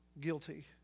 guilty